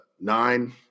nine